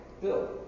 Bill